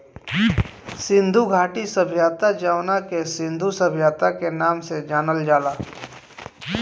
सिंधु घाटी सभ्यता जवना के सिंधु सभ्यता के नाम से भी जानल जाला